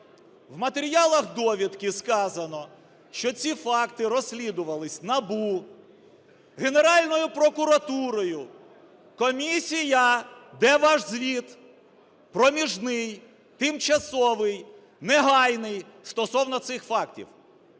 В матеріалах довідки сказано, що ці факти розслідувались НАБУ, Генеральною прокуратурою. Комісія! Де ваш звіт проміжний, тимчасовий, негайний стосовно цих фактів?